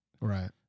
Right